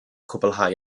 cwblhau